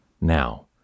Now